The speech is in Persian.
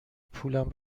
پولم